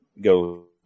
go